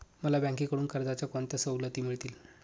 मला बँकेकडून कर्जाच्या कोणत्या सवलती मिळतील?